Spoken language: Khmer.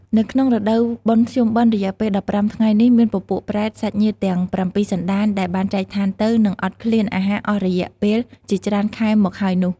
នៅក្នុងរដូវបុណ្យភ្ជុំបិណ្ឌរយៈពេល ១៥ថ្ងៃនេះមានពពួកប្រេត សាច់ញាតិទាំងប្រាំពីរសណ្ដាន ដែលបានចែកឋានទៅ និងអត់ឃ្លានអាហារអស់រយៈពេលជាច្រើនខែមកហើយនោះ។